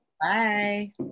Bye